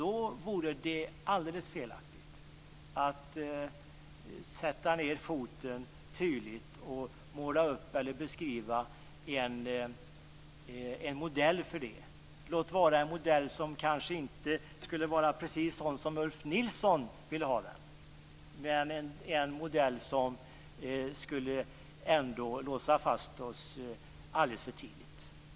Då vore det alldeles felaktigt att sätta ned foten tydligt och beskriva en modell för det, låt vara en modell som kanske inte skulle vara precis sådan som Ulf Nilsson ville ha den, men en modell som ändå skulle låsa fast oss alldeles för tidigt.